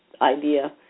idea